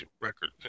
record